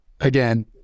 Again